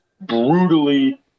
brutally